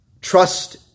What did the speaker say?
Trust